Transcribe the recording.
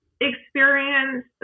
experience